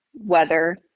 Weather